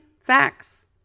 facts